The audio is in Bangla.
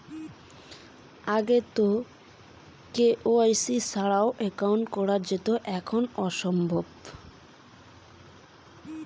কে.ওয়াই.সি ছাড়া কি একাউন্ট করা সম্ভব?